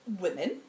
women